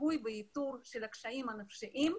זיהוי ואיתור של הקשיים הנפשיים.